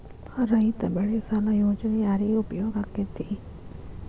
ರೈತ ಬೆಳೆ ಸಾಲ ಯೋಜನೆ ಯಾರಿಗೆ ಉಪಯೋಗ ಆಕ್ಕೆತಿ?